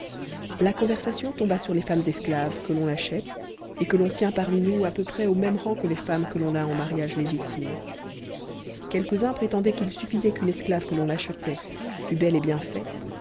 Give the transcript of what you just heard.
conseil conversation tomba sur les femmes esclaves que l'on achète et que t'en tient parmi nous à peu près au même rang que les femmes que l'on a en mariage légitime quelques-uns prétendaient qu'il sufssait qu'une esclave que l'on achetait fût belle et bien faite